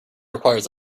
requires